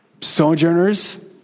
sojourners